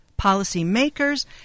policymakers